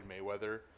mayweather